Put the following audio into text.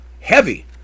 heavy